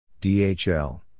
DHL